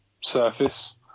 surface